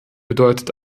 bedeutet